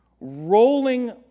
rolling